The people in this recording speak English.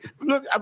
look